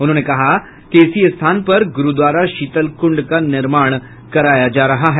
उन्होंने कहा कि उसी स्थान पर गुरुद्वारा शीतल कुंड का निर्माण कराया जा रहा है